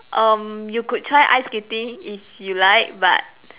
um you could try ice skating if you like but